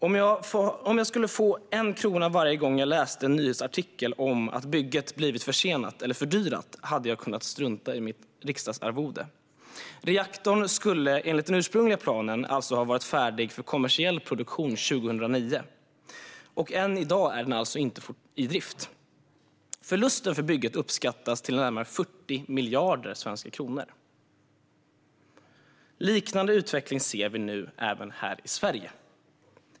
Om jag hade fått en krona varje gång jag läste en nyhetsartikel om att bygget blivit försenat eller fördyrat hade vi kunnat strunta i mitt riksdagsarvode. Reaktorn skulle enligt den ursprungliga planen ha varit färdig för kommersiell produktion 2009. Och än i dag är den alltså inte i drift. Förlusten för bygget uppskattas till närmare 40 miljarder svenska kronor. En liknande utveckling ser vi även här i Sverige.